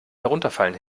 herunterfallen